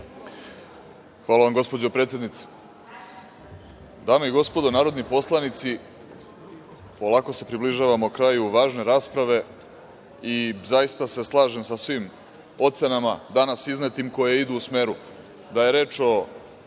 Hvala vam, gospođo predsednice. Dame i gospodo narodni poslanici, polako se približavamo kraju važne rasprave i zaista se slažem sa svim ocenama danas iznetim koje idu u smeru